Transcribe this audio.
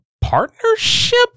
partnership